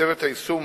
צוות היישום